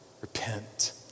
repent